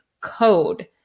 code